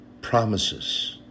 promises